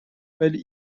ولی